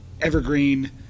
evergreen